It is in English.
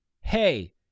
hey